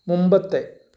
മുമ്പത്തെ